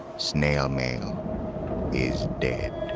snail mail is dead.